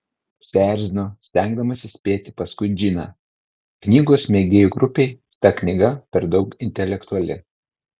susierzino stengdamasi spėti paskui džiną knygos mėgėjų grupei ta knyga per daug intelektuali